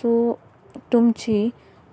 so तुमची